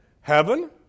heaven